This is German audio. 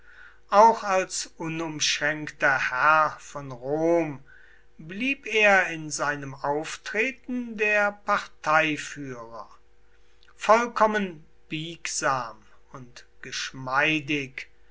auch als unumschränkter herr von rom blieb er in seinem auftreten der parteiführer vollkommen biegsam und geschmeidig